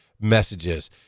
messages